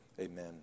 amen